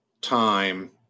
time